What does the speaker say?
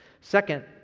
Second